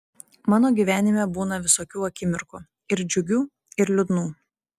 mano gyvenime būna visokių akimirkų ir džiugių ir liūdnų